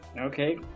Okay